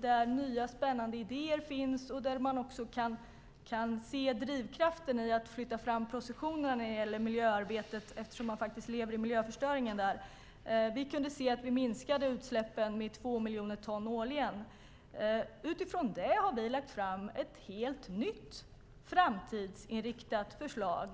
Där finns nya, spännande idéer, och där kan man se drivkraften i att flytta fram positionerna när det gäller miljöarbetet, eftersom man där lever i miljöförstöringen. Vi kunde se att vi minskade utsläppen med två miljoner ton årligen. Utifrån det har vi lagt fram ett helt nytt framtidsinriktat förslag